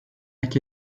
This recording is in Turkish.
hak